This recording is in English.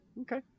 okay